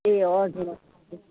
ए हजुर हजुर